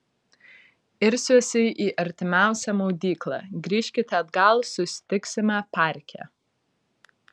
irsiuosi į artimiausią maudyklą grįžkite atgal susitiksime parke